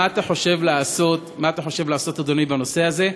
מה אתה חושב לעשות, אדוני, בנושא הזה?